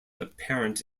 apparent